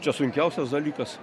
čia sunkiausias dalykas